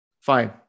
Fine